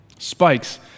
Spikes